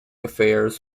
affairs